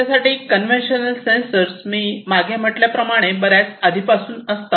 त्यासाठी conventional sensors मी मागे म्हटल्याप्रमाणे बऱ्याच आधीपासून असतात